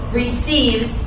receives